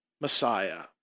Messiah